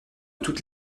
toutes